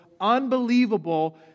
unbelievable